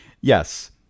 Yes